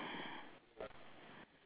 stripe